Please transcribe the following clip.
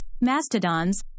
mastodons